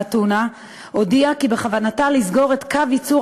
הטונה הודיעה כי בכוונתה לסגור את קו ייצור